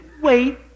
wait